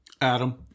Adam